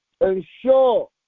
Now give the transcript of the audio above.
ensure